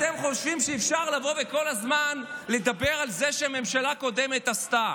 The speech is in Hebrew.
אתם חושבים שאפשר לבוא וכל הזמן לדבר על זה שהממשלה הקודמת עשתה.